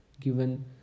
given